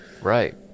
Right